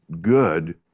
good